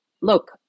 look